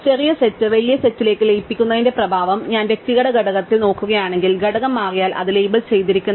ചെറിയ സെറ്റ് വലിയ സെറ്റിലേക്ക് ലയിപ്പിക്കുന്നതിന്റെ പ്രഭാവം ഞാൻ വ്യക്തിഗത ഘടകത്തിൽ നോക്കുകയാണെങ്കിൽ ഘടകം മാറിയാൽ അത് ലേബൽ ചെയ്തിരിക്കുന്നു